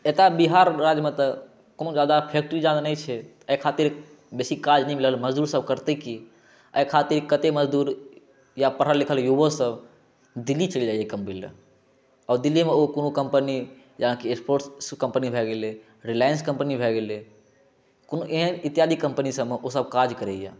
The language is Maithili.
एतौ बिहार राज्यमे तऽ कोनो जादा फैक्ट्री जादा नहि छै एहि खातिर बेसी काज नहि मिलल मजदूरसभ करतै की एहि खातिर कतेक मजदूर या पढ़ल लिखल युवो सभ दिल्ली चलि जाइ छै कमबै लए आ दिल्लीयेमे ओ कोनो कम्पनी जेनाकि एक्सपोर्टक कम्पनी भऽ गेलै रिलाइंस कम्पनी भऽ गेलै कोनो एहन इत्यादि कम्पनीसभमे ओ सभ काज करैया